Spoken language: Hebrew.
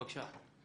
בבקשה.